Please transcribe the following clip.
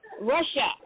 Russia